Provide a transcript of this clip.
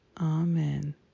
Amen